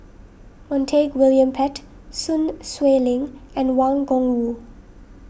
Montague William Pett Sun Xueling and Wang Gungwu